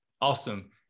Awesome